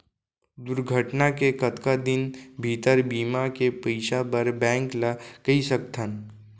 दुर्घटना के कतका दिन भीतर बीमा के पइसा बर बैंक ल कई सकथन?